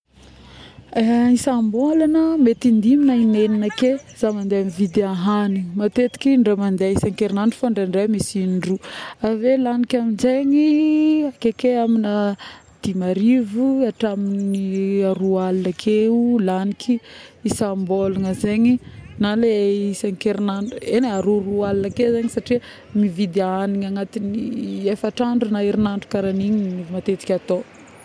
Isam-bôlagna mety in-dimy na in-enigna ake za mividy ahagniny matetiky in-dray mandeha isan-kerin'andro fô indraindray misy in'droa avy eo ny lagniko aminjaigny akeke amina dimarivo hatramin'ny roaligny akeo, lagniky isam-bolagna zegny na le isan-kerignandro eny e,na roa roaligna ake zagny satria mividy ahagniny agnatin'ny efatr'andro na herinandro karaha igny matetiky atao